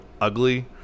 ugly